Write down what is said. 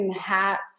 hats